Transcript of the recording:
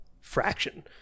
fraction